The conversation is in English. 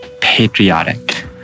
patriotic